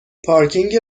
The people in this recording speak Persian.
پارکینگ